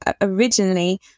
originally